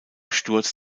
sturz